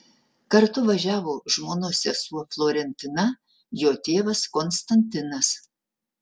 kartu važiavo žmonos sesuo florentina jo tėvas konstantinas